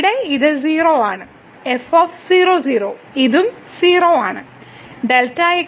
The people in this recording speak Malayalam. ഇവിടെ ഇത് 0 ആണ് f 00 ഇതും 0 ആണ്